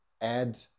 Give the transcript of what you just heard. add